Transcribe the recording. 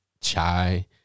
chai